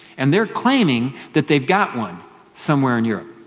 and they're claiming that they've got one somewhere in europe.